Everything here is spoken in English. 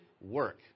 work